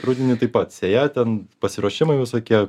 rudenį taip pat sėja ten pasiruošimai visokie